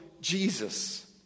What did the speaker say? Jesus